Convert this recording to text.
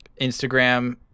Instagram